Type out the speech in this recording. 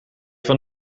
van